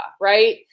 right